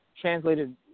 Translated